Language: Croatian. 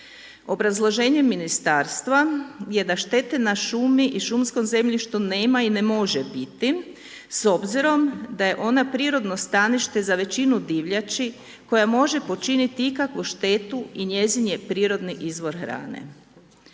Obrazloženje ministarstva je da štete na šumi i šumskom zemljištu nema i ne može biti s obzirom da je ona prirodno stanište za većinu divljači koja može počiniti ikakvu štetu i njezin je prirodni izvor hrane.